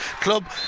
Club